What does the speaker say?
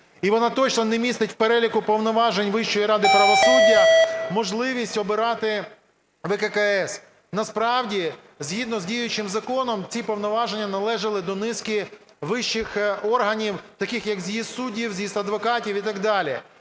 і вона точно не містить в переліку повноважень Вищої ради правосуддя можливість обирати ВККС. Насправді згідно з діючим законом ці повноваження належали до низки вищих органів, таких як з'їзд суддів, з'їзд адвокатів і так далі.